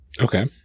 Okay